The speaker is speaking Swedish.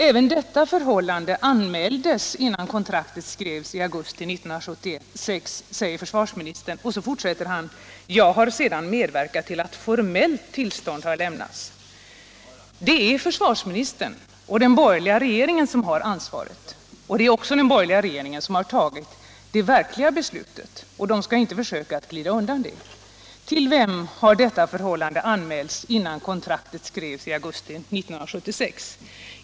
Även detta förhållande anmäldes innan kontraktet skrevs i augusti 1976, säger försvarsministern, och så fortsätter han: ”Jag har sedan medverkat till att formellt tillstånd har lämnats.” Det är försvarsministern och den borgerliga regeringen som har ansvaret, och det är också den borgerliga regeringen som har tagit det verkliga beslutet, och man skall inte försöka glida undan det. Till vem har detta förhållande anmälts innan kontraktet skrevs i augusti 1976?